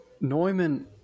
Neumann